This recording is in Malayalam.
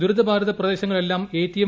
ദുരിതബാധിത പ്രദേശങ്ങളിലെല്ലാം എറ്റിഎം